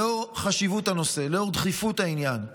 לאור חשיבות הנושא, לאור דחיפות העניין,